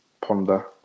ponder